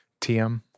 TM